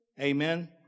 Amen